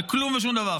על כלום ושום דבר.